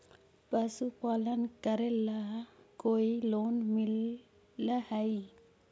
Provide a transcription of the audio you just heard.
पशुपालन करेला कोई लोन मिल हइ?